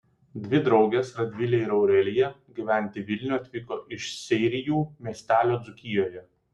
dvi draugės radvilė ir aurelija gyventi į vilnių atvyko iš seirijų miestelio dzūkijoje